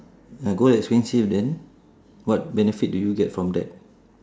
ya gold expensive then what benefit do you get from there